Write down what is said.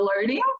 loading